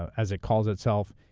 as it calls itself,